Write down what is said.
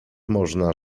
można